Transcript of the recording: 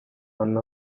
one